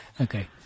Okay